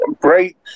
great